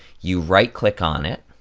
you right click on it